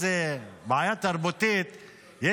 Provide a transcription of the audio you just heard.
אופיר כץ הגיע לבית המשפט -- גם אני.